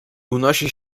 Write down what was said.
unosi